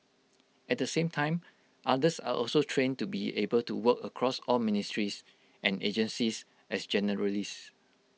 at the same time others are also trained to be able to work across all ministries and agencies as generalists